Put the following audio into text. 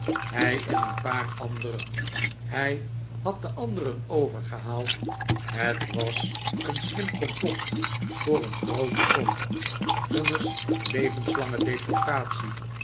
hij en een paar anderen hij had de anderen overgehaald het was een slim complot voor een groote som vonnis levenslange deportatie